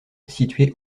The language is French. situé